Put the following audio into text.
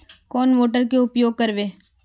कौन मोटर के उपयोग करवे?